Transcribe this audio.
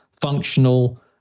functional